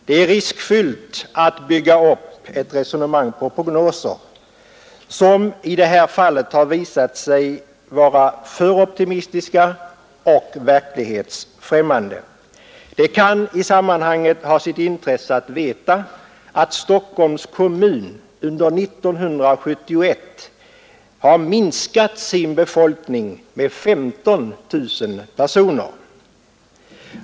Det är riskfyllt att bygga upp ett resonemang på prognoser, som i det här fallet har visat sig vara för optimistiska och verklighetsfrämmande. Det kan i sammanhanget ha sitt intresse att veta att Stockholms kommun under år 1971 har minskat sin befolkning med 15 000 personer.